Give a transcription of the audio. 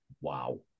wow